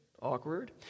Awkward